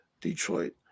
Detroit